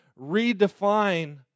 redefine